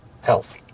health